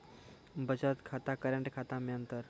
बचत खाता करेंट खाता मे अंतर?